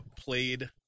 played